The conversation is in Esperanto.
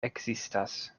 ekzistas